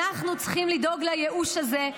אנחנו צריכים לדאוג לייאוש הזה,